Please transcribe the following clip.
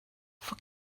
for